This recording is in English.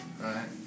Right